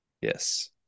yes